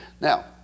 Now